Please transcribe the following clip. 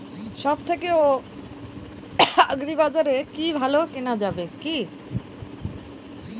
সব থেকে আগ্রিবাজারে কি ভালো কেনা যাবে কি?